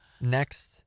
next